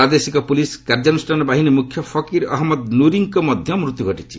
ପ୍ରାଦେଶିକ ପୁଲିସ୍ କାର୍ଯ୍ୟନୁଷ୍ଠାନ ବାହିନୀ ମୁଖ୍ୟ ଫକିର ଅହନ୍ମଦ ନୁରିଙ୍କର ମଧ୍ୟ ମୃତ୍ୟୁ ଘଟିଛି